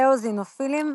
אאוזינופילים,